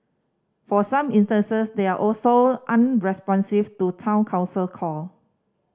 for some instances they are also unresponsive to Town Council call